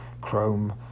chrome